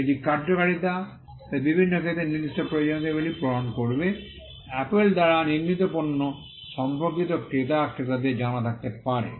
এটি কার্যকারিতা এবং বিভিন্ন ক্ষেত্রে নির্দিষ্ট প্রয়োজনীয়তাগুলি পূরণ করবে অ্যাপল দ্বারা নির্মিত পণ্য সম্পর্কিত ক্রেতা ক্রেতাদের জানা থাকতে পারে